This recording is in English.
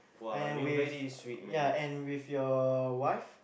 and with ya and with your wife